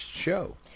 show